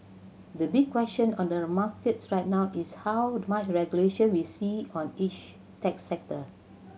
the big question on the markets right now is how much regulation we see on each tech sector